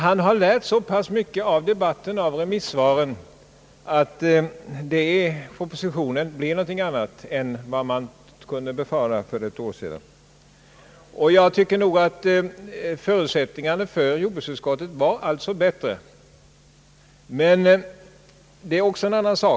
Han har lärt så pass mycket av debatten och av remissvaren att propositionen blev någonting annat än man kunde befara för ett år sedan. Förutsättningarna för jordbruksutskottet att skriva sitt utlåtande var därför enligt mitt förmenande större än det eljest kunnat vara.